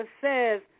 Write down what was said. says